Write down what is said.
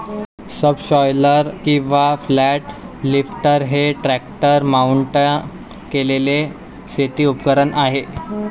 subsoiler किंवा flat lifter हे tractor mount केलेले शेती उपकरण आहे